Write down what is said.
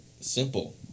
Simple